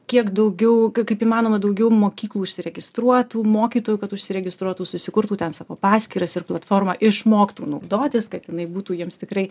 kiek daugiau kaip įmanoma daugiau mokyklų užsiregistruotų mokytojų kad užsiregistruotų susikurtų ten paskyras ir platformą išmoktų naudotis kad jinai būtų jiems tikrai